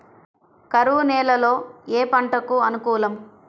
కరువు నేలలో ఏ పంటకు అనుకూలం?